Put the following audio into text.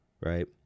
right